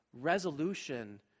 Resolution